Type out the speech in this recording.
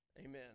amen